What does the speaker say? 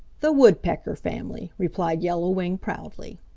the woodpecker family, replied yellow wing proudly.